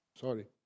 sorry